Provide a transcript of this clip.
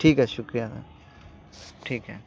ٹھیک ہے شکریہ سر ٹھیک ہے